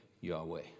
Yahweh